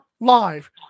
live